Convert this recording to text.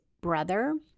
brother